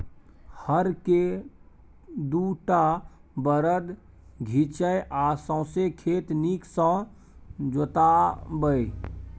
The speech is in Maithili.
हर केँ दु टा बरद घीचय आ सौंसे खेत नीक सँ जोताबै